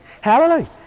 hallelujah